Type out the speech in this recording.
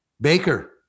Baker